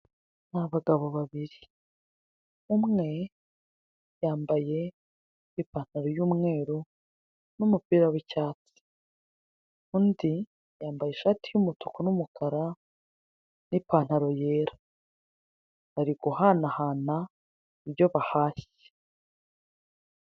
Ni abagabo babiri, umwe yambaye ipantaro y'umweru n'umupira w'icyatsi, undi yambaye ishati y'umutuku n'umukara n'ipantaro yera, bari guhanahana ibyo bahashye.